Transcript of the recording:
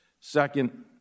Second